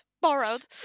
Borrowed